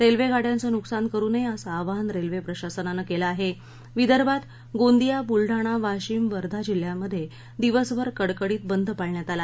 रस्त्रिशिष्ट्यांचं नुकसान करु नया असं आवाहन रस्त्रिशासनानं कलि आहा विदर्भात गोंदिया बुलडाणा वाशिम वर्धा जिल्ह्यांमध्यादिवसभर कडकडीत बंद पाळण्यात आला